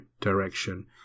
direction